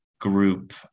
group